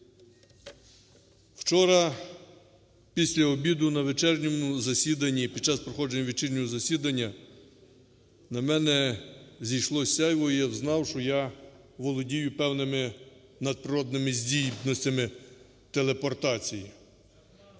Вчора після обіду на вечірньому засіданні, під час проходження вечірнього засідання, на мене зійшло сяйво і взнав, що я володію певними надприродними здібностямителепортації,